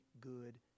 good